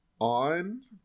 on